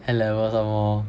N levels somemore